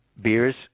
beer's